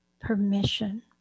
permission